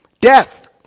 Death